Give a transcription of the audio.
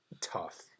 tough